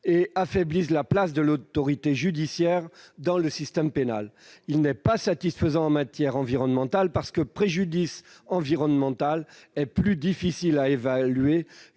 et affaiblissent la place de l'autorité judiciaire dans le système pénal. Un tel dispositif n'est pas satisfaisant en matière environnementale, parce qu'un préjudice environnemental est plus difficile à évaluer